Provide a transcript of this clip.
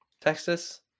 Texas